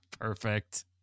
Perfect